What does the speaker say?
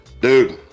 dude